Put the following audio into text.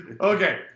Okay